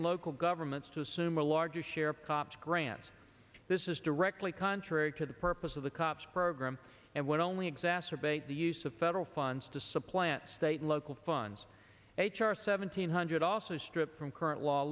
and local governments to assume a larger share of cops grants this is directly contrary to the purpose of the cops program and would only exacerbate the use of federal funds to supplant state local funds h r seventeen hundred also stripped from current law